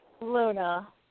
Luna